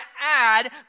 add